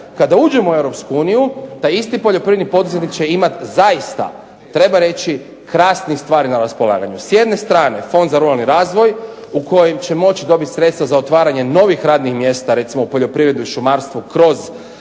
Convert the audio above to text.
kada uđemo u EU taj isti poljoprivredni poduzetnik će imati, zaista treba reći, krasnih stvari na raspolaganju. S jedne strane, Fonda za ruralni razvoj u kojem će moći dobiti sredstva za otvaranje novih radnih mjesta, recimo u poljoprivredi i šumarstvu kroz